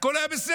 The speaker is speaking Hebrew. הכול היה בסדר.